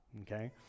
okay